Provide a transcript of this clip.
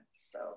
So-